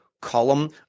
column